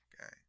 okay